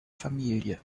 familie